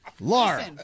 Laura